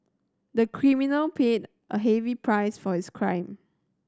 the criminal paid a heavy price for his crime